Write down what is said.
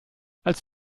als